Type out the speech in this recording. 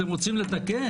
אתם רוצים לתקן